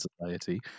society